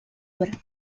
obra